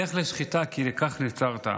לך לשחיטה, כי לכך נוצרת.